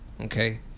Okay